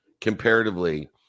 comparatively